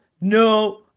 No